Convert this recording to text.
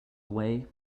away